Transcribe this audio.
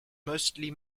mostly